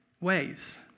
ways